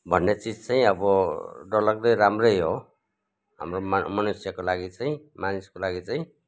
भन्ने चिज चाहिँ अब डरलाग्दै राम्रै हो हाम्रो मा मनुष्यको लागि चाहिँ मानिसको लागि चाहिँ